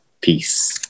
peace